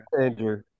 Andrew